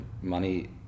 money